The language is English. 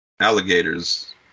alligators